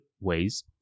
ways